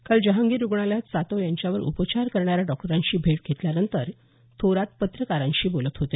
काल जहांगीर रुग्णालयात सातव यांच्यावर उपचार करणाऱ्या डॉक्टरांची भेट घेतल्यानंतर थोरात पत्रकारांशी बोलत होते